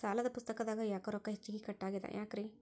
ಸಾಲದ ಪುಸ್ತಕದಾಗ ಯಾಕೊ ರೊಕ್ಕ ಹೆಚ್ಚಿಗಿ ಕಟ್ ಆಗೆದ ಯಾಕ್ರಿ?